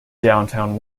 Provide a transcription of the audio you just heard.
downtown